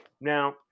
Now